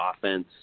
offense